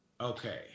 Okay